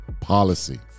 policy